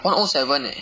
one O seven eh